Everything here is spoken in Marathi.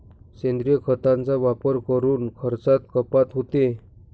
सेंद्रिय खतांचा वापर करून खर्चात कपात होते